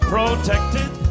Protected